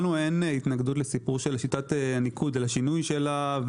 לנו אין התנגדות לשיטת הניקוד ולשינוי שלה.